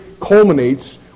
culminates